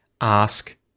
Ask